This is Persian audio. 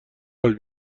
حال